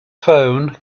phone